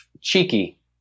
Cheeky